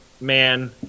man